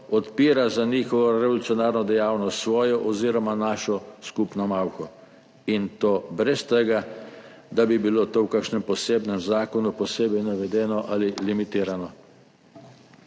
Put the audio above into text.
odpira za njihovo revolucionarno dejavnost svojo oziroma našo skupno malho, in to brez tega, da bi bilo to v kakšnem posebnem zakonu posebej navedeno ali limitirano.